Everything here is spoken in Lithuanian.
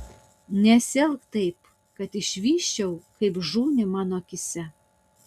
nesielk taip kad išvysčiau kaip žūni mano akyse